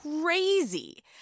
Crazy